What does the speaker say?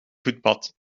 voetpad